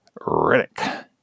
Riddick